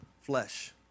flesh